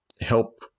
help